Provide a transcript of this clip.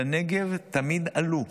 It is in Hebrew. לנגב תמיד עלו,